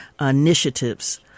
initiatives